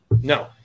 No